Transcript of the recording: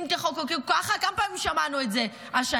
אם תחוקקו ככה, כמה פעמים שמענו את זה השנה?